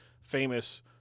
famous